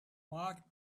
mark